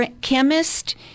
chemist